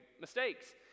mistakes